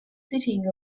sitting